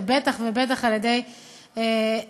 ובטח ובטח על-ידי הרשימה